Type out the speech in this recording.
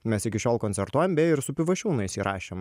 mes iki šiol koncertuojam beje ir su pivašiūnais įrašėm